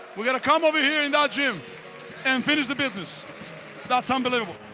we're gonna come over here in that gym and finish the business that's unbelievable.